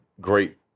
great